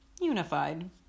unified